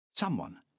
Someone